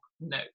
no